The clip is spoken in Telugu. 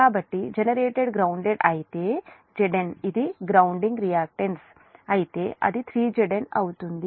కాబట్టి జనరేటర్ గ్రౌన్దేడ్ అయితే Zn ఇది గ్రౌండింగ్ రియాక్టన్స్ అయితే అది 3Zn అవుతుంది